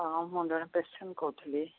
ହଁ ମୁଁ ଜଣେ ପେସେଣ୍ଟ୍ କହୁଥିଲି